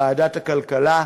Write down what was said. לוועדת הכלכלה.